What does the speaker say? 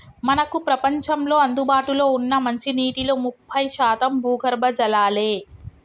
మనకు ప్రపంచంలో అందుబాటులో ఉన్న మంచినీటిలో ముప్పై శాతం భూగర్భ జలాలే